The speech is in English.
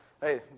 hey